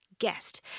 guest